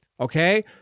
okay